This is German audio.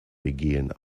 begehen